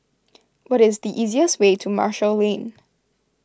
what is the easiest way to Marshall Lane